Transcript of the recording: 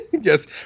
Yes